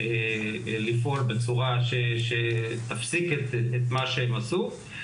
לפעול בצורה שתפסיק את מה שהם עשו,